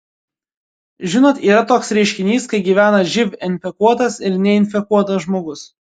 žinot yra toks reiškinys kai gyvena živ infekuotas ir neinfekuotas žmogus